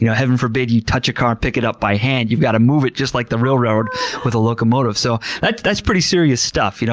you know heaven forbid you touch a car, pick it up by hand. you've got to move it just like the real railroad with a locomotive. so that's that's pretty serious stuff. you know